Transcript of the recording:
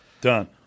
Done